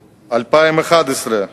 2011,